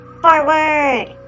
Forward